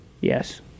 Yes